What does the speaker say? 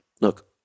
Look